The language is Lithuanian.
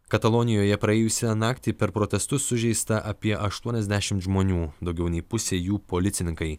katalonijoje praėjusią naktį per protestus sužeista apie aštuoniasdešimt žmonių daugiau nei pusė jų policininkai